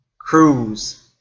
Cruise